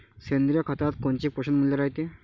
सेंद्रिय खतात कोनचे पोषनमूल्य रायते?